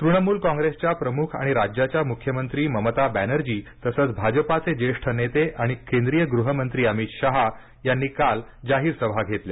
तृणमूल काँग्रेसच्या प्रमुख आणि राज्याच्या मुख्यमंत्री ममता बॅनर्जी तसंच भाजपाचे ज्येष्ठ नेते आणि केंद्रीय गृहमंत्री अमित शहा यांनी काल जाहीर सभा घेतल्या